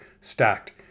Stacked